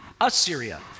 Assyria